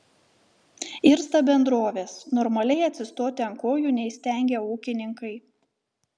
irsta bendrovės normaliai atsistoti ant kojų neįstengia ūkininkai